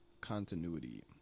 continuity